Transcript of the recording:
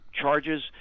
charges